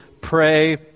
pray